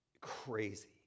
crazy